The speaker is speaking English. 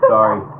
Sorry